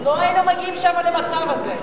לא היינו מגיעים שם למצב הזה.